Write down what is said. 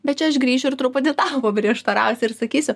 bet čia aš grįšiu ir truputį paprieštarausi ir sakysiu